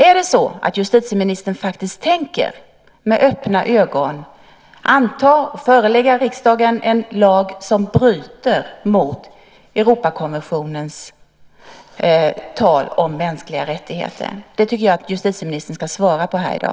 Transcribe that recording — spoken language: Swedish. Är det så att justitieministern med öppna ögon tänker förelägga riksdagen en lag som bryter mot Europakonventionen om mänskliga rättigheter? Det tycker jag att justitieministern ska svara på här i dag.